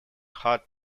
hard